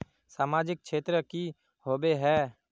सामाजिक क्षेत्र की होबे है?